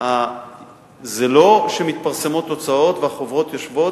זה שלא שמתפרסמות תוצאות והחוברות יושבות